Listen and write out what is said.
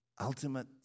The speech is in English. ultimate